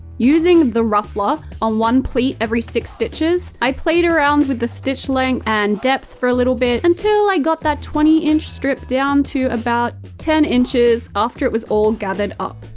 using the ruffler on one pleat every six stitches, i played around with the stitch length and depth for a little bit, until i got that twenty inch strip down to about ten inches after it was all gathered up.